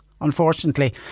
unfortunately